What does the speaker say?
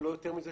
אם לא יותר מזה,